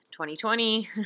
2020